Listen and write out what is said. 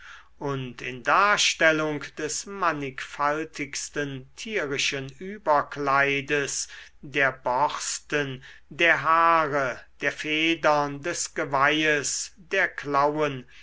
und in darstellung des mannigfaltigsten tierischen überkleides der borsten der haare der federn des geweihes der klauen